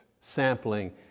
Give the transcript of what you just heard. sampling